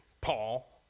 Paul